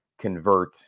convert